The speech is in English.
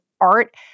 art